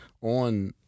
on